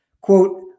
Quote